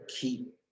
keep